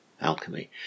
alchemy